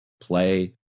play